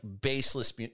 baseless